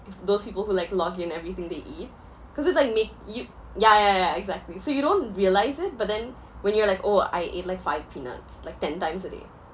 if those people who like to log in everything they eat cause it's like make you ya ya ya ya exactly so you don't realise it but then when you are like oh I ate like five peanuts like ten times a day